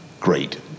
great